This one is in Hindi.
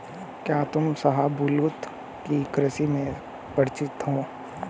क्या तुम शाहबलूत की कृषि से परिचित हो?